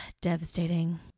devastating